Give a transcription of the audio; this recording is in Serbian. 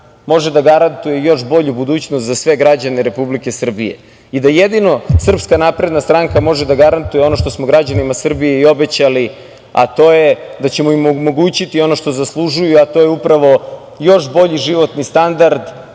može da garantuje još bolju budućnost za sve građane Republike Srbije. I da jedino SNS može da garantuje ono što smo građanima Srbije i obećali, a to je da ćemo im omogućiti ono što zaslužuju, a to je upravo još bolji životni standard,